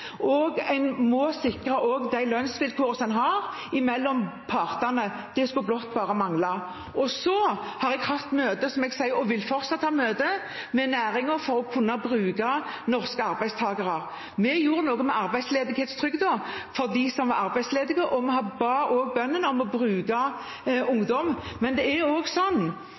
En må også sikre de lønnsvilkårene en har framforhandlet mellom partene – det skulle blott bare mangle. Jeg har som sagt hatt møter – og vil fortsatt ha møter – med næringen for å bruke norske arbeidstakere. Vi gjorde noe med arbeidsledighetstrygden for dem som er arbeidsledige, og vi ba også bøndene om å bruke ungdom. Men en trenger også en viss kompetanse. Det er